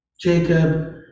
Jacob